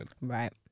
right